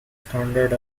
standard